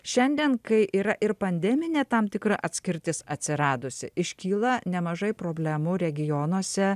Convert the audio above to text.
šiandien kai yra ir pandeminė tam tikra atskirtis atsiradusi iškyla nemažai problemų regionuose